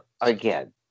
again